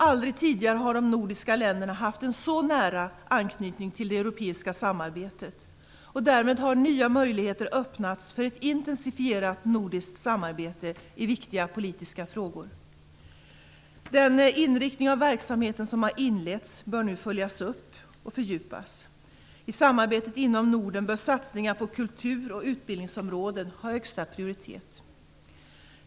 Aldrig tidigare har de nordiska länderna haft en så nära anknytning till det europeiska samarbetet. Därmed har nya möjligheter öppnats för ett intensifierat nordiskt samarbete i viktiga politiska frågor. Den inriktning av verksamheten som har inletts bör nu följas upp och fördjupas. I samarbetet inom Norden bör satsningar på kultur och utbildningsområdet har högsta prioritet.